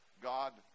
God